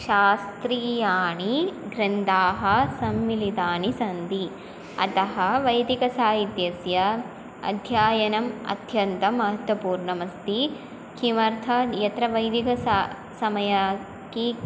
शास्त्रीयाः ग्रन्थाः सम्मिलिताः सन्ति अतः वैदिकसाहित्यस्य अध्ययनम् अत्यन्तं महत्त्वपूर्णमस्ति किमर्थं यत्र वैदिकता समयः कः